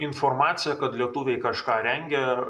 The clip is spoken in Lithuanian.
informacija kad lietuviai kažką rengia